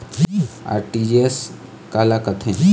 RTGS काला कथें?